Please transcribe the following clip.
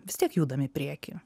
vis tiek judam į priekį